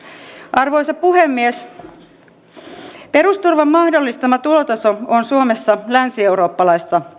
arvoisa puhemies perusturvan mahdollistama tulotaso on suomessa länsieurooppalaista